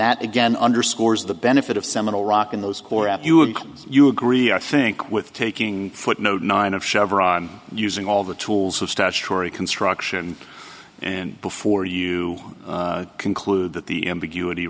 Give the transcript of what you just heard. that again underscores the benefit of seminal rock in those core at you and you agree i think with taking footnote nine of chevron using all the tools of statutory construction and before you clue that the ambiguity